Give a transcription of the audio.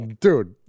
Dude